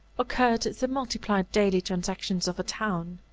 occurred the multiplied daily transactions of a town.